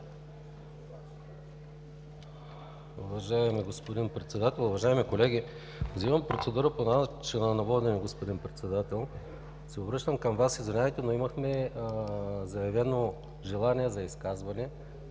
Уважаеми господин Председател, уважаеми колеги! Взимам процедура по начина на водене, господин Председател, и се обръщам към Вас. Извинявайте, но имахме заявено желание за изказване.